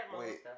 wait